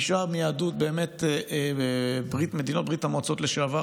שנשארו מיהדות מדינות ברית המועצות לשעבר